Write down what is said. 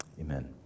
Amen